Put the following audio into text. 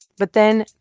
but then,